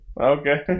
Okay